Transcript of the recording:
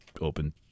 open